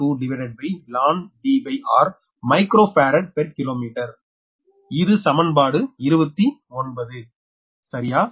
0242lnDrமைக்ரோ farad per kilometre இது சமன்பாடு 29 சரியா